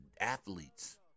athletes